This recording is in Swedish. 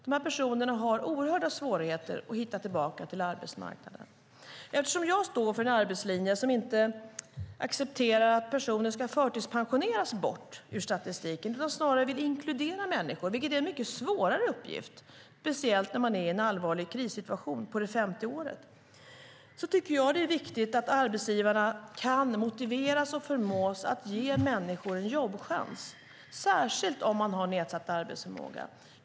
De här personerna har oerhörda svårigheter att hitta tillbaka till arbetsmarknaden. Eftersom jag står för en arbetslinje som inte accepterar att personer ska förtidspensioneras bort ur statistiken utan snarare vill inkludera människor, vilket är en mycket svårare uppgift, speciellt när man är i en allvarlig krissituation på det femte året, tycker jag att det är viktigt att arbetsgivarna kan motiveras och förmås att ge människor en jobbchans, särskilt om de har en nedsatt arbetsförmåga.